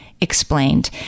Explained